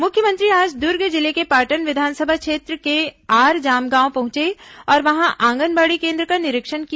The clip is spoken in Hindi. मुख्यमंत्री आज दूर्ग जिले के पाटन विधानसभा क्षेत्र के आर जामगांव पहंचे और वहां आंगनबाड़ी केन्द्र का निरीक्षण किया